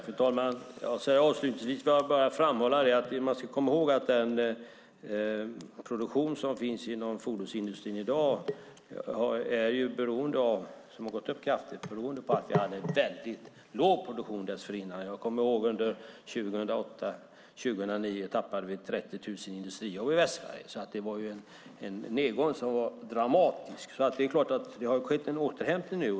Fru talman! Avslutningsvis vill jag bara framhålla att man ska komma ihåg att den kraftiga uppgången för produktionen inom fordonsindustrin beror på att vi hade en väldigt låg produktion dessförinnan. Under 2008 och 2009 tappade vi 30 000 industrijobb i Västsverige. Det var alltså en nedgång som var dramatisk. Det är klart att det har skett en återhämtning nu.